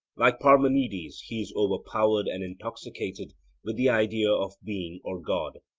like parmenides, he is overpowered and intoxicated with the idea of being or god.